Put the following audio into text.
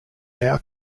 now